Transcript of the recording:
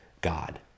God